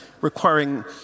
requiring